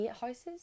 houses